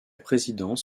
présidence